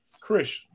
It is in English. Chris